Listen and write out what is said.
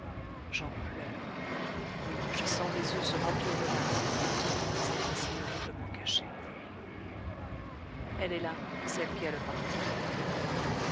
j'en pleure oui je sens mes yeux se remplir de larmes devant tant de misère si horriblement cachée elle est là celle qui a le parfum de la dame en noir